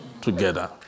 together